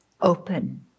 open